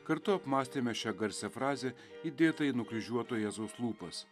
kartu apmąstėme šią garsią frazę įdėtą į nukryžiuoto jėzaus lūpas